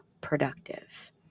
productive